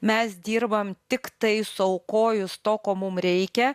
mes dirbam tiktai suaukojus to ko mum reikia